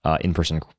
in-person